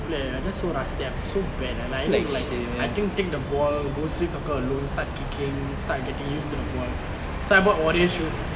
play I just so rusty I'm so bad like I look like I think take the ball go street soccer alone start kicking start getting used to the ball so I bought warrior shoes